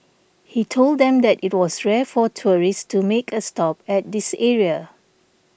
he told them that it was rare for tourists to make a stop at this area